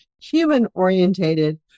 human-orientated